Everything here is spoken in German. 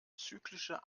zyklische